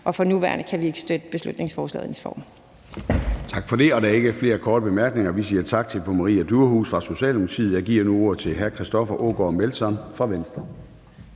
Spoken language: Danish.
i dets nuværende form. Kl. 10:40 Formanden (Søren Gade): Tak for det. Der er ikke flere korte bemærkninger, og så siger vi tak til fru Maria Durhuus fra Socialdemokratiet. Jeg giver nu ordet til hr. Christoffer Aagaard Melson fra Venstre.